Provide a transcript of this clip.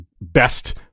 best